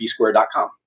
bsquare.com